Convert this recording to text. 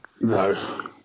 no